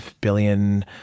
billion